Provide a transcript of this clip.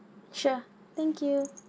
sure thank you